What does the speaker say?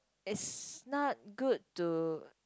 it's not good to